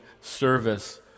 service